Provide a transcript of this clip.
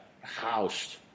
housed